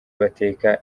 bateka